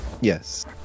Yes